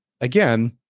Again